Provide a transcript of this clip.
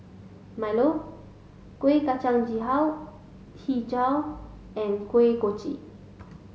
Milo Kueh Kacang Hijau and Kuih Kochi